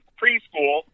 preschool